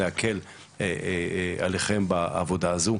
כמה שיותר להקל עליכם בעבודה הזאת.